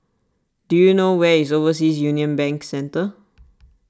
do you know where is Overseas Union Bank Centre